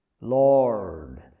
Lord